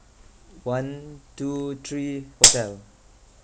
one two three hotel